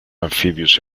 amphibious